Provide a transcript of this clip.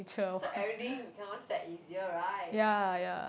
so everything become sad easier right